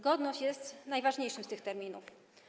Godność jest najważniejszym z tych terminów.